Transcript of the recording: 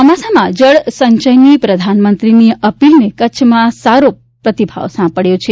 ચોમાસામાં જળસંચયની પ્રધાનમંત્રીની અપીલને કચ્છમાં સારો પ્રતિભાવ સાંપડવો છે